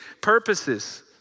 purposes